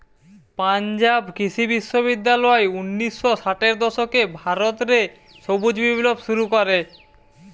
পাঞ্জাব কৃষি বিশ্ববিদ্যালয় উনিশ শ ষাটের দশকে ভারত রে সবুজ বিপ্লব শুরু করে